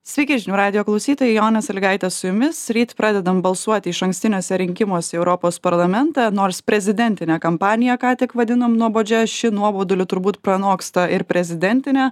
sveiki žinių radijo klausytojai jonė sąlygaitė su jumis ryt pradedam balsuoti išankstiniuose rinkimuose į europos parlamentą nors prezidentinę kampaniją ką tik vadinom nuobodžia ši nuoboduliu turbūt pranoksta ir prezidentinę